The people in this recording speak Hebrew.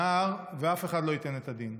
נער, ואף אחד לא ייתן את הדין.